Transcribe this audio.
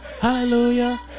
hallelujah